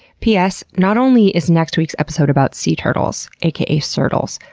p s. not only is next week's episode about sea turtles, a k a. surtles,